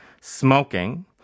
smoking